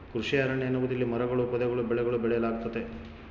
ಕೃಷಿ ಅರಣ್ಯ ಎನ್ನುವುದು ಇಲ್ಲಿ ಮರಗಳೂ ಪೊದೆಗಳೂ ಬೆಳೆಗಳೂ ಬೆಳೆಯಲಾಗ್ತತೆ